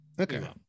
Okay